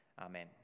Amen